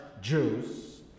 Jews